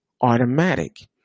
automatic